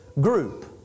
group